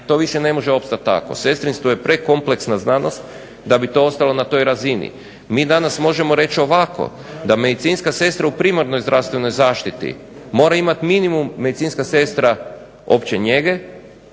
to više ne može opstati tako. Sestrinstvo je prekompleksna znanost da bi to ostalo na toj razini. Mi danas možemo reći ovako, da medicinska sestra u primarnoj zdravstvenoj zaštiti mora imati minimum medicinska sestra opće njege,